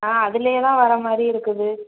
ஆ அதுலேயே தான் வரமாதிரி இருக்குது